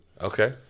Okay